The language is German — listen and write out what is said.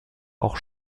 auch